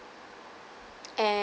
and